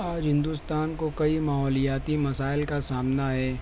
آج ہندوستان کو کئی ماحولیاتی مسائل کا سامنا ہے